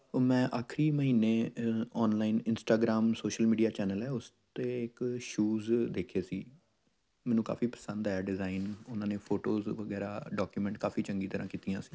ਉਹ ਮੈਂ ਆਖਰੀ ਮਹੀਨੇ ਅ online Instagram social media channel ਹੈ ਉਸ 'ਤੇ ਇੱਕ ਸ਼ੂਜ਼ ਦੇਖੇ ਸੀ ਮੈਨੂੰ ਕਾਫੀ ਪਸੰਦ ਆਇਆ ਡਿਜ਼ਾਇਨ ਉਨ੍ਹਾਂ ਨੇ ਫੋਟੋਜ਼ ਵਗੈਰਾ ਡਾਕੂਮੈਂਟ ਕਾਫੀ ਚੰਗੀ ਤਰ੍ਹਾਂ ਕੀਤੀਆਂ ਸੀ